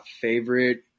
favorite